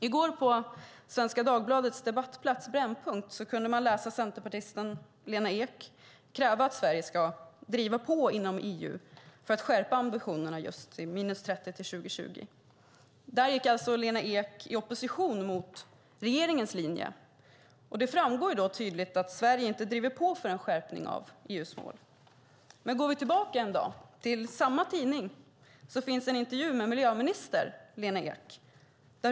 I går i Svenska Dagbladets debattplats Brännpunkt kunde man läsa att centerpartisten Lena Ek kräver att Sverige ska driva på inom EU för att skärpa ambitionerna till minus 30 procent till 2020. Där gick alltså Lena Ek i opposition mot regeringens linje. Det framgår tydligt att Sverige inte driver på för en skärpning av EU:s mål. En dag tidigare finns i samma tidning en intervju med miljöminister Lena Ek.